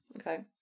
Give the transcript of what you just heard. Okay